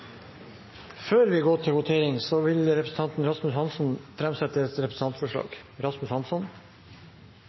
Før vi går til votering, vil representanten Rasmus Hansson framsette et representantforslag.